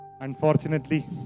Unfortunately